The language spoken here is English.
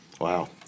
wow